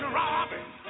robbing